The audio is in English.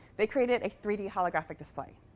they created a three d holographic display.